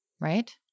right